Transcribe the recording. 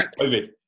COVID